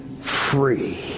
free